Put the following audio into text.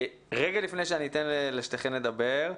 רגע לפני שאני אתן לשתיכן לדבר,